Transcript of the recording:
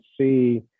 see